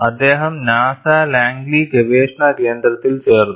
അദ്ദേഹം NASA Langley ഗവേഷണ കേന്ദ്രത്തിൽ ചേർന്നു